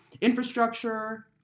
infrastructure